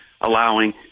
allowing